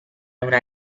una